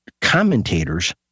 commentators